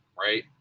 right